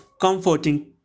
comforting